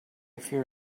fear